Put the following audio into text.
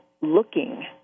looking